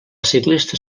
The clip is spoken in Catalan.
ciclista